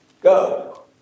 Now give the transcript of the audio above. Go